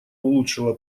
улучшила